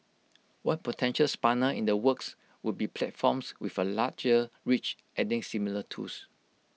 one potential spanner in the works would be platforms with A larger reach adding similar tools